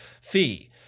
fee